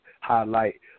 highlight